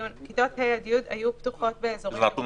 כיתות ה' י' היו פתוחות באזורים ירוקים